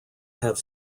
have